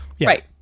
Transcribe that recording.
Right